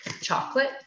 chocolate